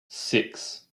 six